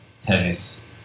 tennis